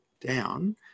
down